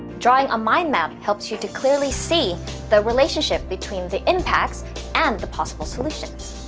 drawing a mind map helps you to clearly see the relationship between the impacts and the possible solutions.